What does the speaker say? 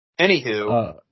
Anywho